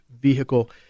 vehicle